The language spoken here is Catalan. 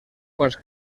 quants